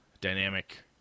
dynamic